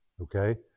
Okay